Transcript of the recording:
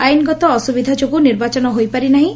ଆଇନଗତ ଅସୁବିଧା ଯୋଗୁଁ ନିର୍ବାଚନ ହୋଇପାରି ନାହିଁ